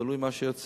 תלוי מה שיוצא,